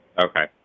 Okay